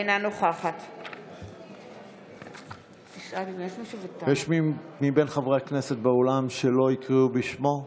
אינה נוכחת יש מבין חברי הכנסת באולם מי שלא הקריאו בשמו?